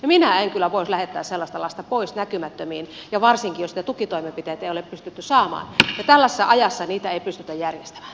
minä en kyllä voisi lähettää sellaista lasta pois näkymättömiin ja varsinkaan jos niitä tukitoimenpiteitä ei ole pystytty saamaan ja tällaisessa ajassa niitä ei pystytä järjestämään